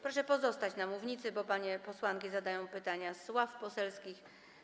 Proszę pozostać na mównicy, bo panie posłanki zadadzą pytania z ław poselskich.